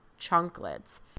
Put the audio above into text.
chunklets